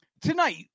tonight